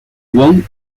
wong